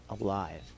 alive